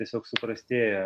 tiesiog suprastėja